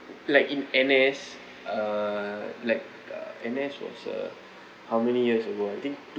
like in N_S uh like uh N_S was err how many years ago I think